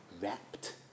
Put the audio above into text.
wrapped